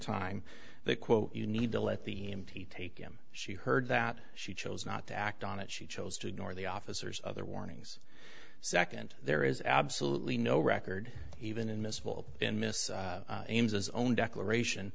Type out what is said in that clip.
time they quote you need to let the mt take him she heard that she chose not to act on it she chose to ignore the officers other warnings second there is absolutely no record even invisible in miss ames as own declaration